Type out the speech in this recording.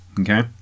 Okay